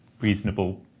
reasonable